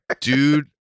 Dude